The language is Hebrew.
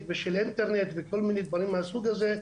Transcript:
ושל אינטרנט וכל מיני דברים מהסוג הזה,